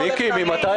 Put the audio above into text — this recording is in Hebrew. מיקי, ממתי